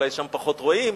אולי שם פחות רואים,